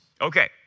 Okay